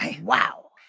Wow